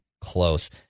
close